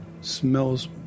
Smells